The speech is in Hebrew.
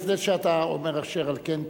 לפני שאתה אומר "אשר על כן",